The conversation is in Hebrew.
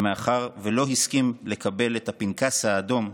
ומאחר שלא הסכים לקבל את הפנקס האדום,